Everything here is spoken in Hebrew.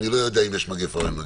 אני לא יודע אם יש מגפה או אין מגיפה.